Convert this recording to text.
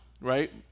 right